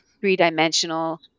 three-dimensional